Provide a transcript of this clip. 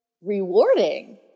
rewarding